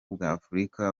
bw’afurika